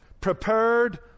prepared